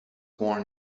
born